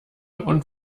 und